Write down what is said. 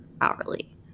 hourly